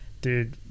dude